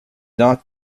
not